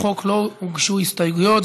לחוק לא הוגשו הסתייגויות,